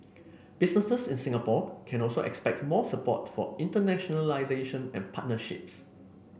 businesses in Singapore can also expect more support for internationalisation and partnerships